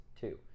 two